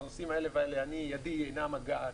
בנושאים האלה והאלה ידי אינה מגעת,